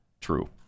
True